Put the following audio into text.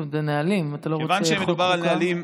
אלו נהלים, אתה לא רוצה לחוק, חוקה?